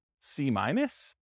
C-minus